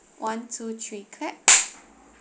one two three clap